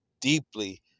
deeply